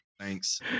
Thanks